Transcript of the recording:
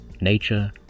nature